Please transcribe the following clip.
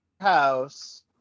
house